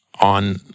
on